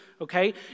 okay